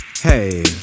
Hey